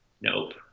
Nope